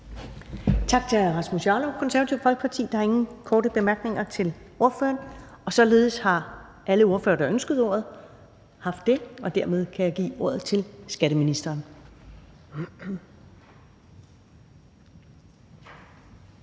Tak til hr. Rasmus Jarlov, Det Konservative Folkeparti. Der er ingen korte bemærkninger til ordføreren. Således har alle ordførere, der ønskede ordet, haft det, og dermed kan jeg give ordet til skatteministeren.